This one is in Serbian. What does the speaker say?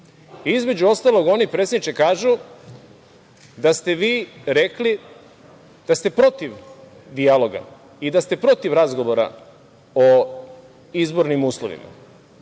Između ostalog oni, predsedniče, kažu da ste vi rekli da ste protiv dijaloga i da ste protiv razgovora o izbornim uslovima. Ja